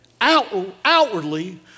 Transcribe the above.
outwardly